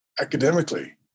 academically